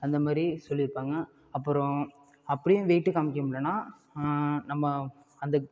அந்தமாரி சொல்லிருப்பாங்கள் அப்புறம் அப்படியும் வெய்ட்டு காமிக்கமுடில்லனா நம்ம அந்த